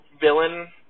villain